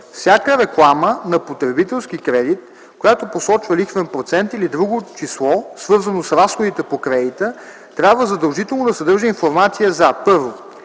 Всяка реклама на потребителски кредит, която посочва лихвен процент или друго число, свързано с разходите по кредита, трябва задължително да съдържа информация за: 1.